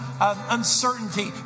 uncertainty